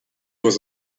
was